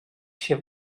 się